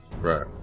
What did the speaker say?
right